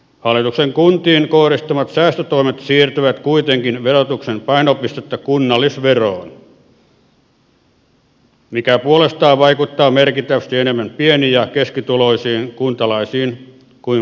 hallituksen kuntiin kohdistamat säästötoimet siirtävät kuitenkin verotuksen painopistettä kunnallisveroon mikä puolestaan vaikuttaa merkittävästi enemmän pieni ja keskituloisiin kuntalaisiin kuin valtion tulovero